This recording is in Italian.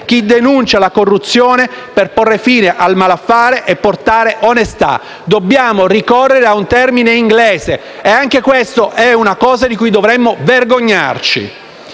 chi denuncia la corruzione per porre fine al malaffare e portare onestà. Dobbiamo ricorrere a un termine inglese e anche questa è una cosa di cui dovremmo vergognarci.